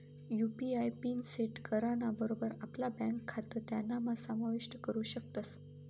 UPI PIN set कराना बरोबर आपला ब्यांक खातं त्यानाम्हा समाविष्ट करू शकतस